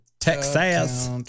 Texas